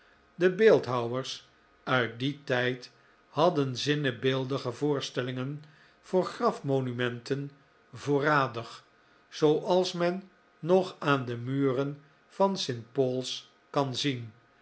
de beeldhouwers uit dien tijd hadden zinnebeeldige voorstellingen voor grafmonumenten voorradig zooals men nog aan de muren van st paul's kan zien